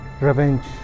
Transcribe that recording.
revenge